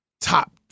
top